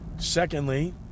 Secondly